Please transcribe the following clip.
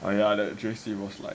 oh ya the J_C was like